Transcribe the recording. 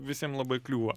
visiem labai kliūva